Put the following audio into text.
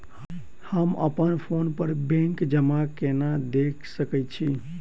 हम अप्पन फोन पर बैंक जमा केना देख सकै छी?